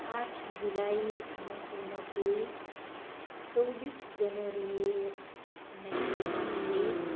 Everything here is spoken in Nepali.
आठ जुलाई उन्नाइस सौ नब्बे चौबिस जनवरी उन्नाइस सौ ब्यानब्बे